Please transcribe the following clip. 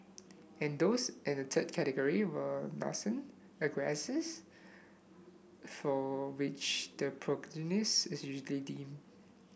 and those in the third category were nascent aggressors for which the prognosis is usually dim